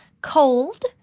cold